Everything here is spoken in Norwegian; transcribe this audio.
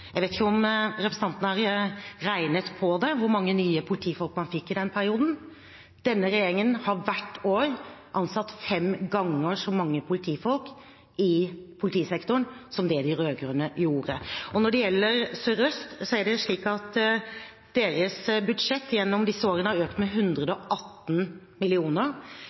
Jeg vet ikke om representanten har regnet på hvor mange nye politifolk man fikk i den perioden. Denne regjeringen har hvert år ansatt fem ganger så mange politifolk i politisektoren som det de rød-grønne gjorde. Når det gjelder Sør-Øst, er det jo slik at deres budsjett gjennom disse årene har økt med 118